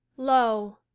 lo,